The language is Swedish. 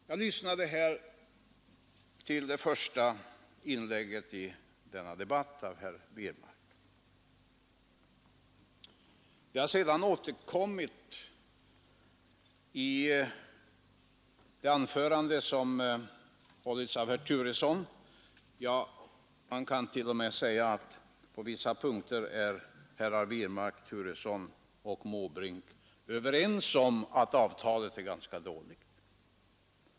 Jag lyssnade till det första inlägget i denna debatt, av herr Wirmark. Vad han sade har sedan återkommit i det anförande som hållits av herr Turesson. Man kan t.o.m. säga att på vissa punkter är herrar Wirmark, Turesson och Måbrink överens om att avtalet är ganska dåligt.